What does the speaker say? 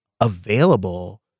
available